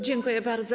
Dziękuję bardzo.